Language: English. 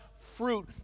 fruit